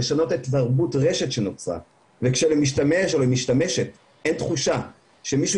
לשנות את תרבות הרשת שנוצרה וכשלמשתמש או למשתמשת אין תחושה שמישהו